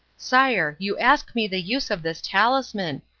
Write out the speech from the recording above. sire, you ask me the use of this talisman.